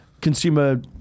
consumer